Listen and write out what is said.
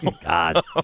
God